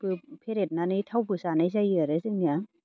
बो फेरेदनानै थावखौ जानाय जायो आरो जोंनिया